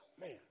Man